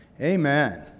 Amen